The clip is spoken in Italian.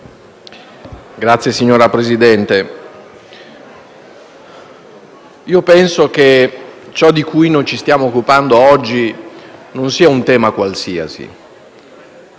Signor Presidente, penso che ciò di cui ci stiamo occupando oggi non sia un tema qualsiasi.